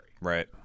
Right